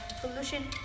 Pollution